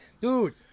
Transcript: Dude